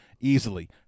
easily